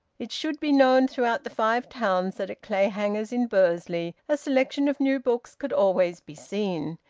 it should be known throughout the five towns that at clayhanger's in bursley a selection of new books could always be seen.